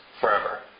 forever